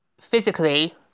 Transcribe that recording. physically